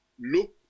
look